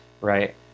right